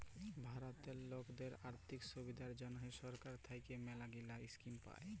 ভারতেল্লে লকদের আথ্থিক সুবিধার জ্যনহে সরকার থ্যাইকে ম্যালাগিলা ইস্কিম পায়